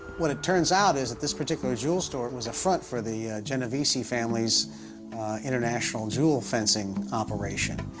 what it turns out is that this particular jewel store was a front for the genovese family's international jewel fencing operation.